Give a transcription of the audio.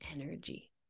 energy